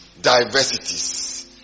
Diversities